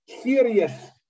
serious